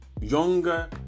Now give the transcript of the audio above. younger